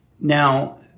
Now